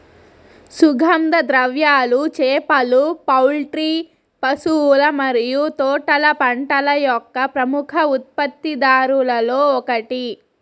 సుగంధ ద్రవ్యాలు, చేపలు, పౌల్ట్రీ, పశువుల మరియు తోటల పంటల యొక్క ప్రముఖ ఉత్పత్తిదారులలో ఒకటి